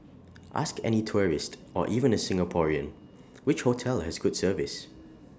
ask any tourist or even A Singaporean which hotel has good service